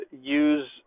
use